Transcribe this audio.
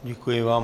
Děkuji vám.